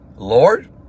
Lord